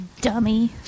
Dummy